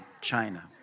China